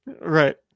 Right